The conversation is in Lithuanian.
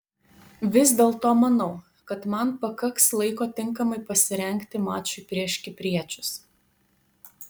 vis dėlto manau kad man pakaks laiko tinkamai pasirengti mačui prieš kipriečius